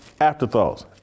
Afterthoughts